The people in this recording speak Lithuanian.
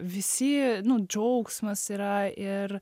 visi nu džiaugsmas yra ir